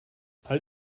all